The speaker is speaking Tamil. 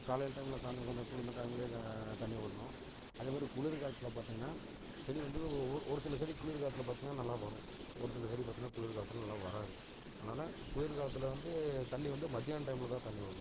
காலையில் டைம்மில் அந்த கொஞ்சம் குளுர்ந்த டைமிலே தண்ணி விட்ணும் அதே மாரி குளிர் காலத்தில் பார்த்தீங்கனா செடி வந்து ஒரு ஒரு சில செடி குளிர் காலத்தில் பார்த்தீங்கனா நல்லா வரும் ஒரு சில செடி பார்த்தீங்கனா குளிர் காலத்தில் நல்லா வராது அதனால குளிர் காலத்தில் வந்து தண்ணி வந்து மத்தியான டைமில் தான் தண்ணி விட்ணும்